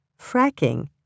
Fracking